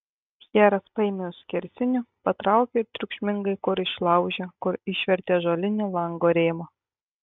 pjeras paėmė už skersinių patraukė ir triukšmingai kur išlaužė kur išvertė ąžuolinį lango rėmą